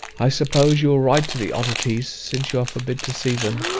i suppose you will write to the oddities, since you are forbid to see them.